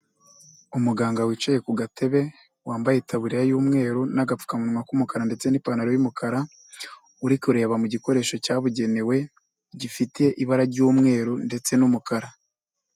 Umuganga wicaye ku gatebe wambaye taburiya y'umweru n'agapfukamunwa k'umukara ndetse n'ipantaro y'umukara uri kureba mu gikoresho cyabugenewe gifite ibara ry'umweru ndetse n'umukara.